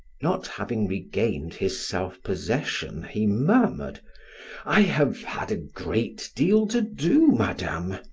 not having regained his self-possession, he murmured i have had a great deal to do, madame,